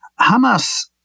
Hamas